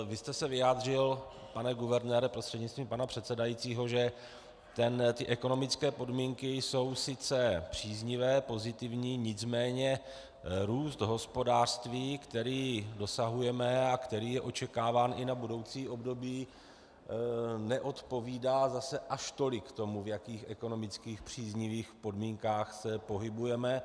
Vy jste se vyjádřil, pane guvernére prostřednictvím pana předsedajícího, že ty ekonomické podmínky jsou sice příznivé, pozitivní, nicméně růst hospodářství, který dosahujeme a který je očekáván i na budoucí období, neodpovídá zase až tolik tomu, v jakých příznivých ekonomických podmínkách se pohybujeme.